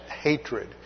hatred